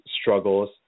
struggles